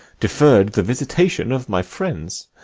deferr'd the visitation of my friends.